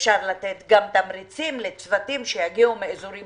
אפשר לתת תמריצים לצוותים, שיגיעו מאזורים